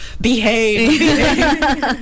behave